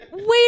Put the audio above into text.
Wait